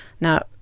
Now